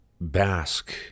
bask